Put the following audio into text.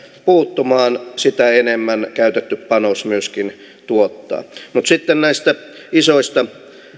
puuttumaan sitä enemmän käytetty panos myöskin tuottaa mutta sitten näistä isoista